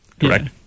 correct